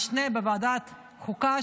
ועדת משנה בוועדת החוקה,